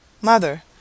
Mother